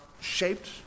shaped